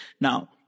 Now